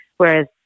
whereas